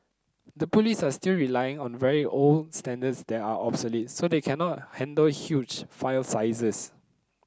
the police are still relying on very old standards that are obsolete so they cannot handle huge file sizes